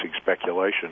speculation